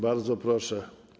Bardzo proszę.